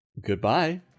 goodbye